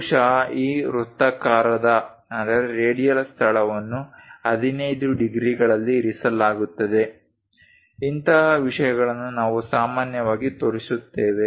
ಬಹುಶಃ ಈ ವೃತ್ತಾಕಾರದ ಸ್ಥಳವನ್ನು 15 ಡಿಗ್ರಿಗಳಲ್ಲಿ ಇರಿಸಲಾಗುತ್ತದೆ ಇಂತಹ ವಿಷಯಗಳನ್ನು ನಾವು ಸಾಮಾನ್ಯವಾಗಿ ತೋರಿಸುತ್ತೇವೆ